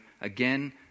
again